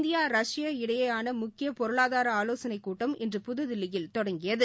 India Russia இடையேயானமுக்கியபொருளாதாரஆலோசனைக் கூட்டம் இன்று புதுதில்லியில் தொடங்கியது